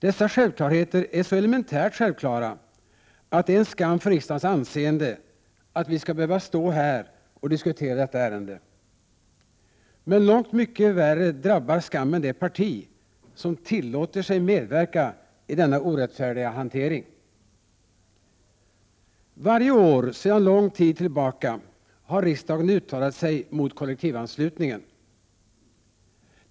Dessa självklarheter är så elementärt självklara att det är en skam för riksdagens anseende att vi skall behöva stå här och diskutera detta ärende. Men långt mycket värre drabbar skammen det parti som tillåter sig medverka i denna orättfärdiga hantering. Varje år sedan lång tid tillbaka har riksdagen uttalat sig mot kollektivanslutningen.